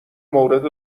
مورد